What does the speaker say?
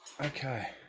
Okay